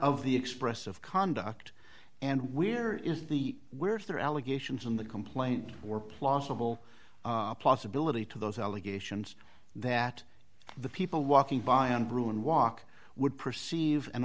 of the expressive conduct and where is the where's there allegations in the complaint or plausible possibility to those allegations that the people walking by andrew and walk would perceive and